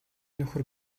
нөхөр